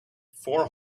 four